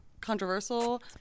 controversial